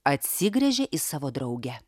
atsigręžė į savo draugę